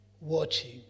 watching